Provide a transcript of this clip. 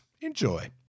Enjoy